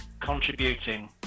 contributing